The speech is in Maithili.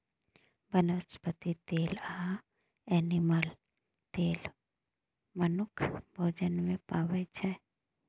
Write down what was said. बनस्पति तेल आ एनिमल तेल मनुख भोजन मे पाबै छै